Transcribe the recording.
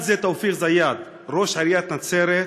אחד זה תאופיק זיאד, ראש עיריית נצרת,